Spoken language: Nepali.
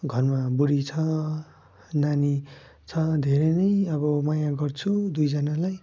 घरमा बुढी छ नानी छ धेरै नै अब माया गर्छु दुईजनालाई